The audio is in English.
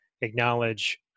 acknowledge